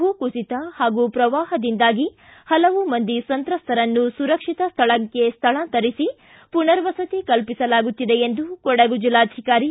ಭೂಕುಸಿತ ಹಾಗೂ ಪ್ರವಾಹದಿಂದಾಗಿ ಹಲವು ಮಂದಿ ಸಂತ್ರಸ್ತರನ್ನು ಸುರಕ್ಷಿತ ಸ್ಥಳಕ್ಕೆ ಸ್ಥಳಾಂತರಿಸಿ ಪುನರ್ವಸತಿ ಕಲ್ಪಿಸಲಾಗುತ್ತಿದೆ ಎಂದು ಕೊಡಗು ಜಿಲ್ಲಾಧಿಕಾರಿ ಪಿ